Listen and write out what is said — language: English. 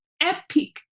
epic